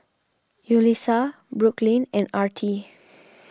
Yulissa Brooklyn and Artie